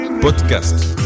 Podcast